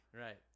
Right